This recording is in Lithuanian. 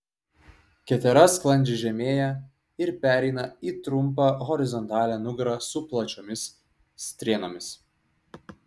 ketera sklandžiai žemėja ir pereina į trumpą horizontalią nugarą su plačiomis strėnomis